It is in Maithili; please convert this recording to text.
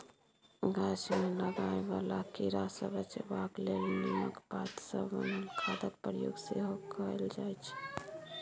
गाछ मे लागय बला कीड़ा सँ बचेबाक लेल नीमक पात सँ बनल खादक प्रयोग सेहो कएल जाइ छै